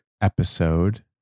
episode